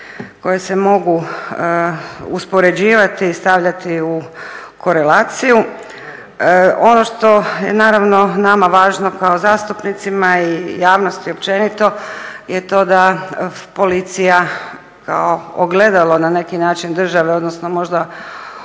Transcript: koje se mogu uspoređivati, stavljati u korelaciju. On što je naravno nama važno kao zastupnici i javnosti općenito je to da policija kao ogledalo na neki način države odnosno možda